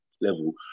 level